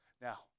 Now